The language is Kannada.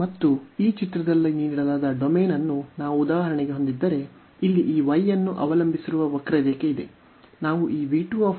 ಮತ್ತು ಈ ಚಿತ್ರದಲ್ಲಿ ನೀಡಲಾದ ಡೊಮೇನ್ ಅನ್ನು ನಾವು ಉದಾಹರಣೆಗೆ ಹೊಂದಿದ್ದರೆ ಇಲ್ಲಿ ಈ y ಅನ್ನು ಅವಲಂಬಿಸಿರುವ ವಕ್ರರೇಖೆಯಿದೆ